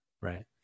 Right